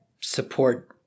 support